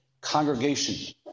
congregation